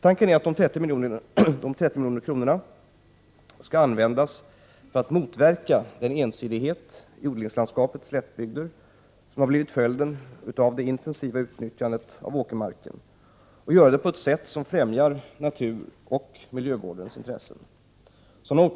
Tanken är att dessa 30 milj.kr. skall användas för att motverka den ensidighet i odlingslandskapets slättbygder som blivit följden av det intensiva utnyttjandet av åkermark och göra det på ett sätt som främjar naturoch miljövårdens intressen.